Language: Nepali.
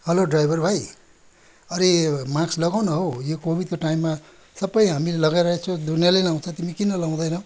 हेलो ड्राइभर भाइ अरे माक्स लगाउन हौ यो कोभिडको टाइममा सबै हामीले लगाइरहेको छौँ दुनियाँले लाउँछ तिमी किन लाउँदैनौ